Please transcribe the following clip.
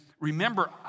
Remember